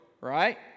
right